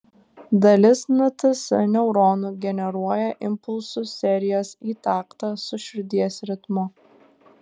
dalis nts neuronų generuoja impulsų serijas į taktą su širdies ritmu